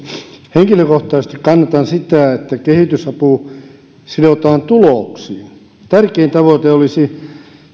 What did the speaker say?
henkilökohtaisesti kannatan sitä että kehitysapu sidotaan tuloksiin tärkein tavoite olisi